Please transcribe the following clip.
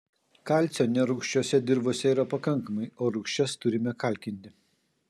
kalcio nerūgščiose dirvose yra pakankamai o rūgščias turime kalkinti